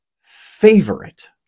favorite